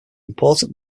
important